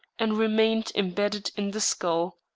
and remained imbedded in the skull.